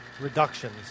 reductions